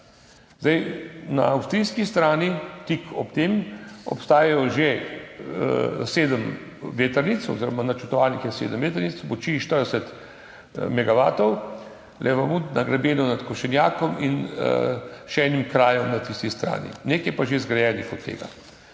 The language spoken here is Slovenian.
gradnji. Na avstrijski strani tik ob tem že obstaja sedem vetrnic oziroma je načrtovanih sedem vetrnic, moči 40 megavatov, Lavamünd na grebenu med Košenjakom in še enim krajem na tisti strani, nekaj je pa že zgrajenih od tega.